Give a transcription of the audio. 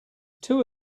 too